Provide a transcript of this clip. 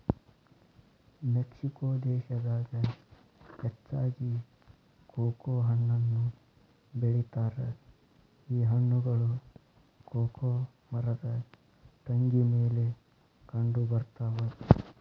Mexico ದೇಶದಾಗ ಹೆಚ್ಚಾಗಿ cocoa ಹಣ್ಣನ್ನು ಬೆಳಿತಾರ ಈ ಹಣ್ಣುಗಳು ಕೊಕೊ ಮರದ ಟೊಂಗಿ ಮೇಲೆ ಕಂಡಬರ್ತಾವ